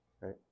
right